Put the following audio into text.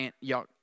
Y'all